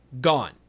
gone